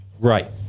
Right